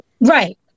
Right